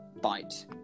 Bite